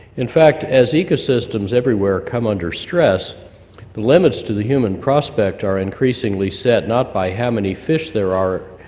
in fact, as ecosystems everywhere come under stress the limits to the human prospect are increasingly set not by how many fish there are,